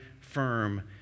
firm